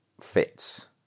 fits